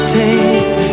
taste